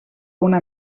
una